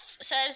says